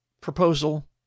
proposal